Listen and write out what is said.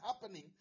happening